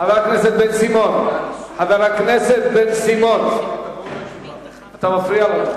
חבר הכנסת בן-סימון, אתה מפריע.